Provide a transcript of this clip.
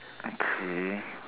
okay